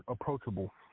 approachable